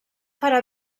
farà